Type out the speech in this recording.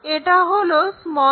এটা হলো c